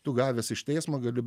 tu gavęs iš teismo gali